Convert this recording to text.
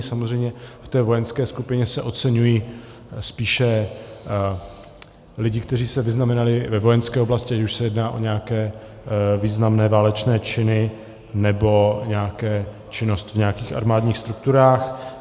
Samozřejmě v té vojenské skupině se oceňují spíše lidé, kteří se vyznamenali ve vojenské oblasti, ať už se jedná o nějaké významné válečné činy nebo o nějaké činnosti v nějakých armádních strukturách.